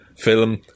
film